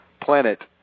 planet